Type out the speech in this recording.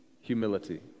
humility